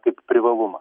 kaip privalumą